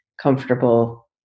comfortable